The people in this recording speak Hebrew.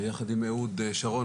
יחד עם אהוד שרון,